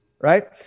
Right